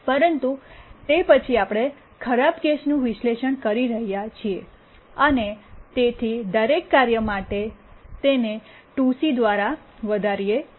પરંતુ તે પછી આપણે ખરાબ કેસનું વિશ્લેષણ કરી રહ્યા છીએ અને તેથી દરેક કાર્ય માટે તેને 2c ૨ સી દ્વારા વધારીએ છીએ